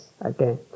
again